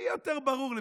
שיהיה יותר ברור לפסיכים,